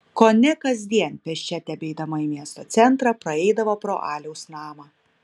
kone kasdien pėsčia tebeidama į miesto centrą praeidavo pro aliaus namą